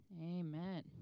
Amen